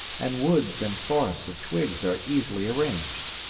and woods and forests of twigs are easily arranged.